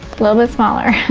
little bit smaller.